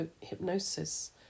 hypnosis